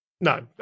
No